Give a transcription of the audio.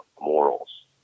morals